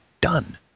done